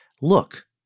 look—